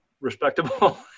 respectable